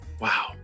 Wow